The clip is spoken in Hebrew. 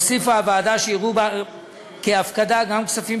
הוסיפה הוועדה שיראו כהפקדה גם כספים